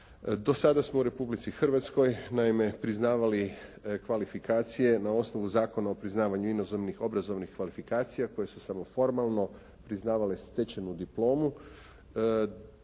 Do sada smo u Republici Hrvatskoj naime priznavali kvalifikacije na osnovu Zakona o priznavanju inozemnih obrazovnih kvalifikacija koje su samo formalno priznavale stečenu diplomu.